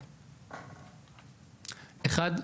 אחת,